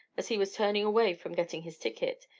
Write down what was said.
as he was turning away from getting his ticket.